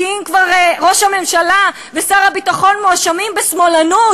כי אם ראש הממשלה ושר הביטחון כבר מואשמים בשמאלנות,